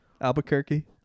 albuquerque